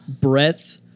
breadth